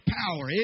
power